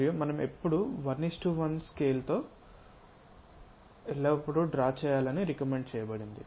మరియు 1 1 స్కేల్తో వెళ్లాలని ఎల్లప్పుడూ రికమెండ్ చేయబడింది